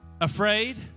afraid